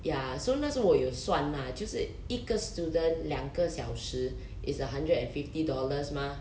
ya so 那时我有算 ah 就是一个 student 两小时 it's a hundred and fifty dollars mah